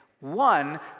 One